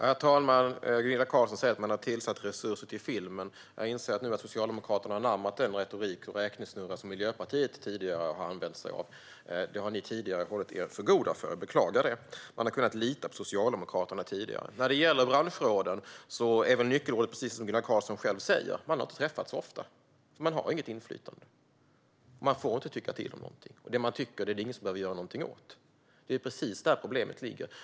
Herr talman! Gunilla Carlsson säger att man har tillfört resurser till filmen. Jag inser nu att Socialdemokraterna har anammat den retorik och räknesnurra som Miljöpartiet tidigare har använt sig av. Det har ni tidigare hållit er för goda för. Jag beklagar detta. Man har kunnat lita på Socialdemokraterna tidigare. När det gäller branschråden är väl nyckeln precis det som Gunilla Carlsson själv säger. Man har inte träffats så ofta. Man har inget inflytande. Man får inte tycka till om någonting. Och det man tycker är det ingen som behöver göra någonting åt. Det är precis där problemet ligger.